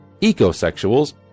ecosexuals